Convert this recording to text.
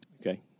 Okay